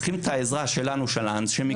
צריכים את העזרה שלנו של אנשי מקצוע.